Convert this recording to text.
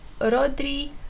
Rodri